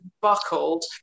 buckled